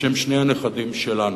בשם שני הנכדים שלנו,